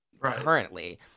currently